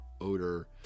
odor